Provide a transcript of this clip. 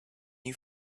you